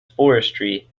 forestry